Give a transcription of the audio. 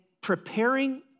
preparing